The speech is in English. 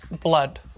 blood